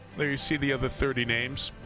there you see the other thirty names.